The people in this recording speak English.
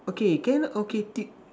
okay can okay tick